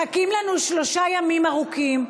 מחכים לנו שלושה ימים ארוכים.